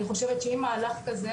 אני חושבת שאם מהלך כזה,